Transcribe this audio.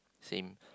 same